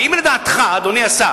ואם לדעתך, אדוני השר,